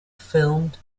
filmed